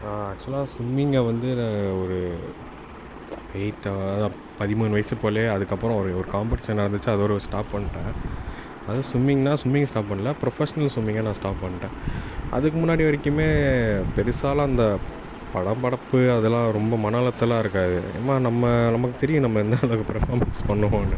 நான் ஆக்சுவலாக ஸ்விம்மிங்கை வந்து நான் ஒரு எயித்து அதுதான் பதிமூணு வயசு போலே அதுக்கப்புறம் ஒரு ஒரு காம்பெடிஷன் நடந்துச்சு அதோடு ஸ்டாப் பண்ணிட்டேன் அதுவும் ஸ்விம்மிங்னால் ஸ்விம்மிங்கை ஸ்டாப் பண்ணல ஃப்ரொபஷ்னல் ஸ்விம்மிங்கை நான் ஸ்டாப் பண்ணிட்டேன் அதுக்கு முன்னாடி வரைக்குமே பெரிசாலாம் அந்த படபடப்பு அதெலாம் ரொம்ப மன அழுத்தலாம் இருக்காது என்னமோ நம்ம நமக்குத் தெரியும் நம்ம என்ன அளவுக்கு பெர்ஃபார்மென்ஸ் பண்ணுவோன்னு